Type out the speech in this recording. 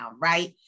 right